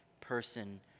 person